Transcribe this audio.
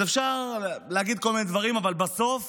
אז אפשר להגיד כל מיני דברים, אבל בסוף